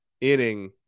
inning